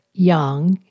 Young